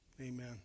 amen